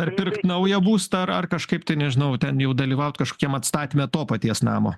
ar pirkt naują būstą ar ar kažkaip tai nežinau ten jau dalyvaut kažkokiam atstatyme to paties namo